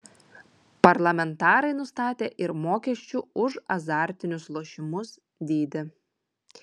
parlamentarai nustatė ir mokesčių už azartinius lošimus dydį